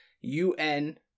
U-N